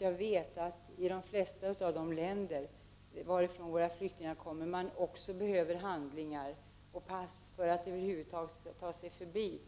Jag vet att man i de flesta av de länder från vilka våra flyktingar kommer behöver handlingar och pass för att över huvud taget ta sig förbi